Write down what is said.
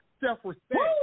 self-respect